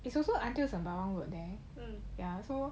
it's also until sembawang road there ya so